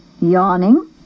Yawning